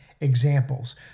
examples